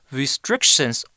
restrictions